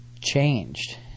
changed